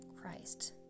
Christ